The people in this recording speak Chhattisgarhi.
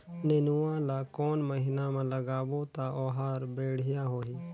नेनुआ ला कोन महीना मा लगाबो ता ओहार बेडिया होही?